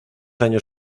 años